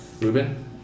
Ruben